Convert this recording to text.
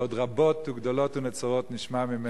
שעוד רבות וגדולות ונצורות נשמע ממנו פה,